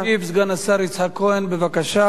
ישיב סגן השר יצחק כהן, בבקשה.